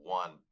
one